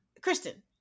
Kristen